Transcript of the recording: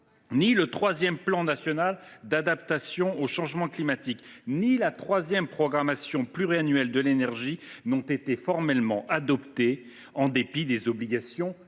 ni le troisième plan national d’adaptation au changement climatique, ni la troisième programmation pluriannuelle de l’énergie n’ont été formellement adoptés, en dépit des obligations législatives.